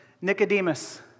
Nicodemus